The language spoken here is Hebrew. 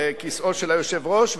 לכיסאו של היושב-ראש,